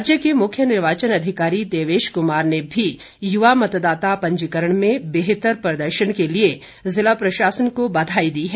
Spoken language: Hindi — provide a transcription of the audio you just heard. राज्य के मुख्य निर्वाचन अधिकारी देवेश कुमार ने भी युवा मतदाता पंजीकरण में बेहतर प्रदर्शन के लिए ज़िला प्रशासन को बधाई दी है